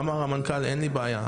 אמר המנכ"ל אין לי בעיה,